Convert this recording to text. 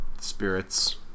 spirits